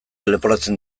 leporatzen